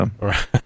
Right